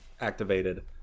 activated